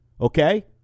Okay